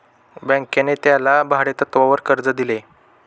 बँकेने त्याला भाडेतत्वावर कर्ज दिले